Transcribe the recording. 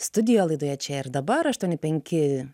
studijoje laidoje čia ir dabar aštuoni penki